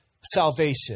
salvation